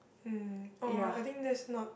um oh I think that's not